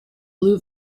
blue